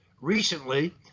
recently